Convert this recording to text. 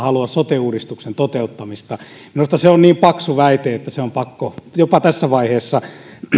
ei halua sote uudistuksen toteuttamista minusta se on niin paksu väite että se on pakko jopa tässä vaiheessa